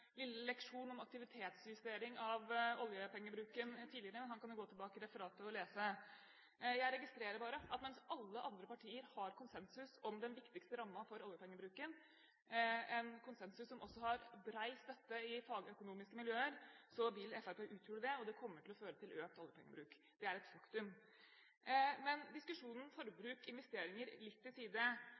lille leksjon om aktivitetsjustering av oljepengebruken tidligere. Han kan jo gå tilbake i referatet og lese. Jeg registrerer bare at mens alle andre partier har konsensus om den viktigste rammen for oljepengebruken, en konsensus som også har bred støtte i fagøkonomiske miljøer, vil Fremskrittspartiet uthule det. Det kommer til å føre til økt oljepengebruk. Det er et faktum. Men legg diskusjonen forbruk og investeringer litt til side: